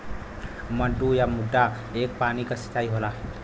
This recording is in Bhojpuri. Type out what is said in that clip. मड्डू या मड्डा एक पानी क सिंचाई होला